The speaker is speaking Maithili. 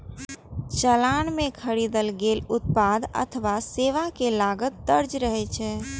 चालान मे खरीदल गेल उत्पाद अथवा सेवा के लागत दर्ज रहै छै